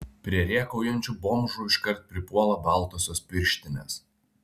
prie rėkaujančių bomžų iškart pripuola baltosios pirštinės